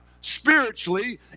spiritually